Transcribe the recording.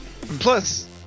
plus